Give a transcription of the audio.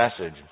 message